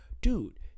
dude